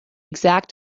exact